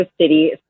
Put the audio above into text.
city